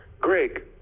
Greg